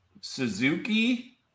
Suzuki